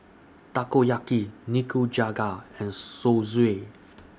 Takoyaki Nikujaga and Zosui